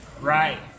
Right